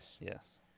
Yes